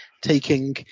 taking